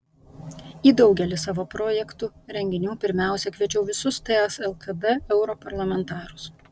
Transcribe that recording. į daugelį savo projektų renginių pirmiausia kviečiau visus ts lkd europarlamentarus